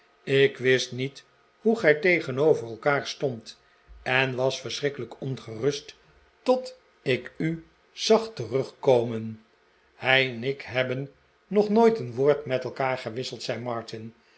ik wist niet hoe gij tegenover elkaar stondt en was verschrikkelijk ongerust tot ik u zag terugkomen hij en ik hebben nog nooit een woord met elkaar gewisseld zei martin